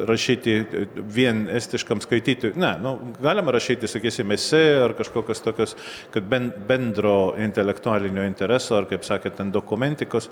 rašyti vien estiškam skaitytojui ne nu galima rašyti sakysim esė ar kažkokias tokias kad ben bendro intelektualinio intereso ar kaip sakant ten dokumentikos